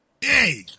Hey